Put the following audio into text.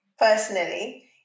Personally